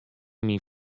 myn